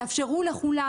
תאפשרו לכולם,